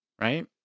Right